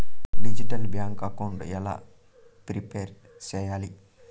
Digital bank account ఎలా prepare సెయ్యాలి?